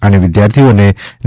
અને વિદ્યાર્થીઓને ન